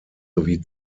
sowie